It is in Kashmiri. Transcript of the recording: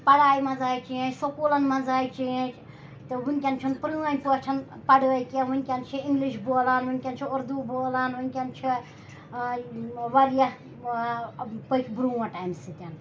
پَڑایہِ منٛز آے چینٛج سکوٗلَن منٛز آے چینٛج تہٕ وٕنۍکٮ۪ن چھُنہٕ پرٲنۍ پٲٹھۍ پَڑٲے کینٛہہ وٕنۍکٮ۪ن چھِ اِنٛگلِش بولان وٕنۍکٮ۪ن چھِ اُردو بولان وٕنۍکٮ۪ن چھِ واریاہ پٔکۍ برٛونٛٹھ اَمہِ سۭتۍ